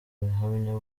buhamya